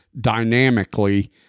dynamically